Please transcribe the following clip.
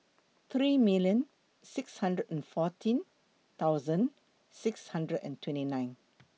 three million six hundred and fourteen thousand six hundred and twenty nine